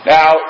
Now